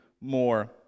more